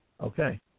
Okay